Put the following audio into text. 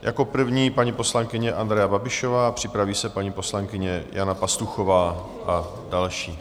Jako první paní poslankyně Andrea Babišová, připraví se paní poslankyně Jana Pastuchová a další.